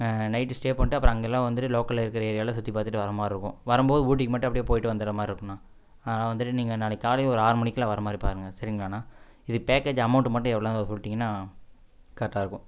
night stay பண்ணிட்டு அப்புறம் அங்கேலாம் வந்துட்டு லோக்கலில் இருக்கிற ஏரியாலாம் சுற்றி பார்த்துட்டு வர மாதிரி இருக்கும் வரும்போது ஊட்டிக்கு மட்டும் அப்டியே போயிட்டு வந்துடுற மாதிரி இருக்குதுண்ணா அதனால் வந்துட்டு நீங்கள் நாளைக்கு காலையில் ஒரு ஆறு மணிக்குலாம் வர மாதிரி பாருங்க சரிங்களாண்ணா இது பேக்கேஜு அமௌண்ட்டு மட்டும் எவ்வளோங்கிறத சொல்ட்டீங்கன்னா கரெக்டாக இருக்கும்